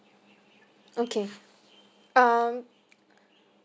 okay um